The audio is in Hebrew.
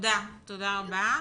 תודה רבה.